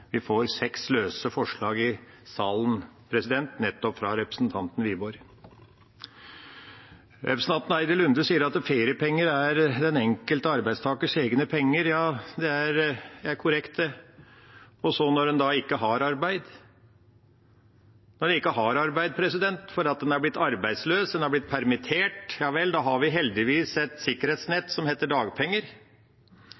vi får seks løse forslag i salen nettopp fra representanten Wiborg. Representanten Heidi Nordby Lunde sier at feriepenger er den enkelte arbeidstakers egne penger. Det er korrekt. Og så, når man ikke har arbeid, når man ikke har arbeid fordi man har blitt arbeidsløs, man har blitt permittert? Ja, da har vi heldigvis et